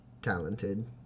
talented